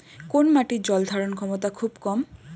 কোন মাটির জল ধারণ ক্ষমতা খুব কম?